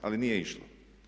Ali nije išlo.